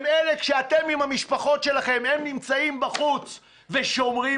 הם אלה שאתם עם המשפחות שלכם הם נמצאים בחוץ ושומרים